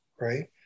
right